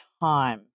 time